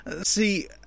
See